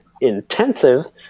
intensive